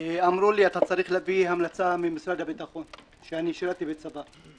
אמרו לי שאני צריך להביא המלצה של משרד הביטחון על כך ששירתי בצד"ל.